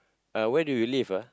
uh where do you live ah